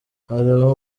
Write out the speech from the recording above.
hariho